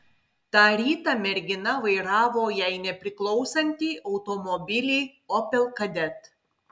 tą rytą mergina vairavo jai nepriklausantį automobilį opel kadett